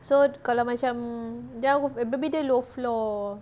so kalau macam abeh dia low floor